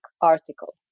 article